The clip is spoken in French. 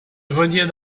greniers